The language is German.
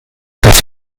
das